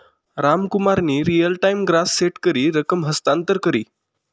रामकुमारनी real time gross set करी रकम हस्तांतर करी